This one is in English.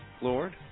Lord